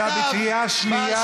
אתה בקריאה שנייה.